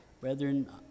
Brethren